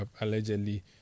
allegedly